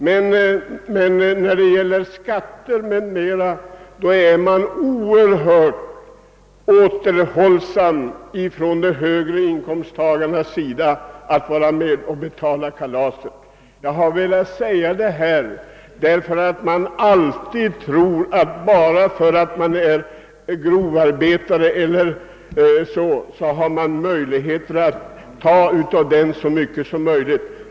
Men när det gäller skatter är de högre inkomsttagarna oerhört återhållsamma, då vill de inte vara med och betala kalaset. Jag har velat säga detta därför att många tycker att bara någon är grovarbetare eller liknande kan man lägga på honom hur stora bördor som helst.